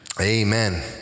Amen